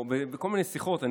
או בכל מיני שיחות,